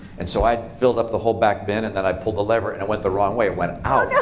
and so i filled up the whole back bin. and then, i pulled the lever. and it went the wrong way. it went out, yeah